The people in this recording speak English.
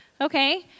okay